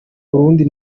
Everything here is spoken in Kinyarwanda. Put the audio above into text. burundi